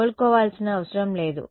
కోలుకోవాల్సిన అవసరం లేదు